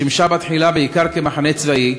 שימשה תחילה בעיקר כמחנה צבאי,